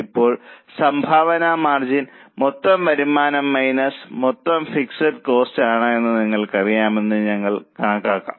ഇപ്പോൾ സംഭാവന മാർജിൻ മൊത്തം വരുമാനം മൈനസ് മൊത്തം ഫിക്സഡ് കോസ്റ്റ് ആണെന്ന് നിങ്ങൾക്ക് അറിയാമെന്ന് ഞങ്ങൾക്ക് കണക്കാക്കാം